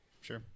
Sure